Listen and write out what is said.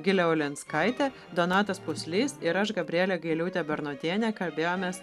gilė ulianskaitė donatas puslys ir aš gabrielė gailiūtė bernotienė kalbėjomės